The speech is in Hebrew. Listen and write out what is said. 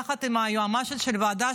יחד עם היועצת המשפטית של הוועדה,